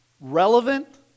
relevant